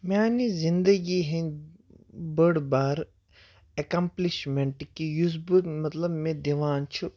میانہِ زندگی ہِنٛدۍ بٔڑ بارٕ اٮ۪کَمپلِشمٮ۪نٛٹ کہِ یُس بہٕ مطلب مےٚ دِوان چھُ